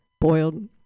Boiled